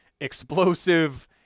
explosive